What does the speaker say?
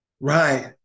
Right